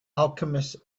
alchemist